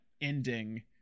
ending